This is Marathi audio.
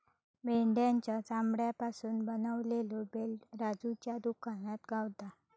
मेंढ्याच्या चामड्यापासून बनवलेलो बेल्ट राजूच्या दुकानात गावता